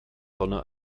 sonne